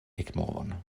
ekmovon